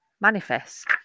manifest